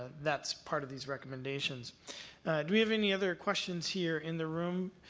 that's part of these recommendations. do we have any other questions here in the room?